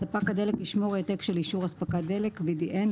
ספק הדלק ישמור העתק של אישור אספקת דלק (BDN)